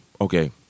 Okay